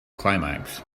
climax